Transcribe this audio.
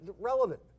relevant